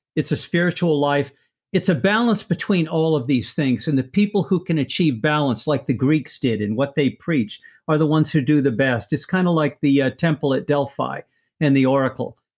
it's a spiritual life it's a balance between all of these things, and the people who can achieve balance like the greeks did and what they preach are the ones who do the best. it's kind of like the ah temple at delphi and the oracle,